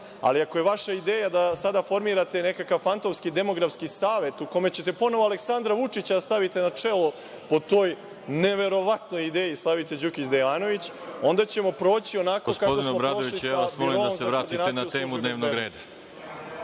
ali ako je vaša ideja da sada formirate nekakav fantomski demografski savet u kome ćete ponovo Aleksandra Vučića da stavite na čelo, po toj neverovatnoj ideji Slavice Đukić Dejanović, onda ćemo proći onako kako smo prošli sa Biroom za koordinaciju